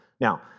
Now